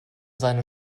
seine